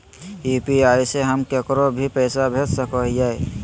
UPI से हम केकरो भी पैसा भेज सको हियै?